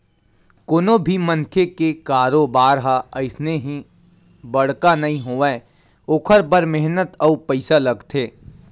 कोनो भी मनखे के कारोबार ह अइसने ही बड़का नइ होवय ओखर बर मेहनत अउ पइसा लागथे